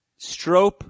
Strope